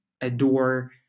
adore